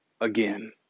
again